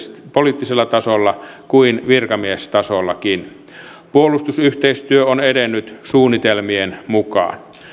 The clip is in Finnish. poliittisella tasolla kuin virkamiestasollakin puolustusyhteistyö on edennyt suunnitelmien mukaan